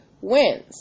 wins